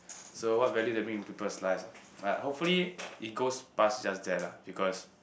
so what value that bring in people's lives ah like hopefully it goes past just that lah because